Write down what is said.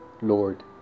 Lord